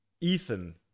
Ethan